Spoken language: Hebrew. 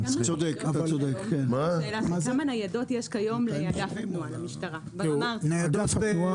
כמה ניידות יש היום לאגף התנועה?